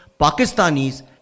pakistanis